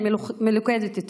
מלוכדת יותר.